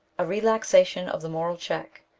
a relaxation of the moral check,